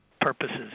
purposes